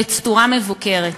בצורה מבוקרת.